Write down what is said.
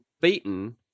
beaten